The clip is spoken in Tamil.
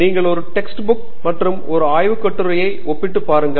நீங்கள் ஒரு டெக்ஸ்ட் புக் மற்றும் ஒரு ஆய்வு காட்டுரையை ஒப்பிட்டுப் பாருங்கள்